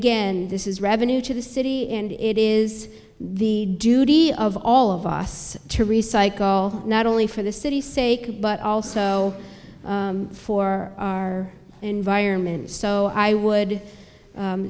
again this is revenue to the city and it is the duty of all of us to recycle not only for the city's sake but also for our environment so i would